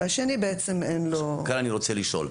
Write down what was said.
והשני, בעצם אין לו --- כאן אני רוצה לשאול.